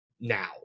now